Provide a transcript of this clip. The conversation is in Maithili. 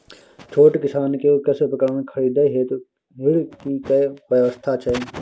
छोट किसान के कृषि उपकरण खरीदय हेतु ऋण के की व्यवस्था छै?